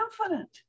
confident